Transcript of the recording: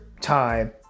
time